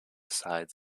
sides